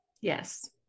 Yes